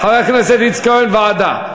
חבר הכנסת איציק כהן, ועדה.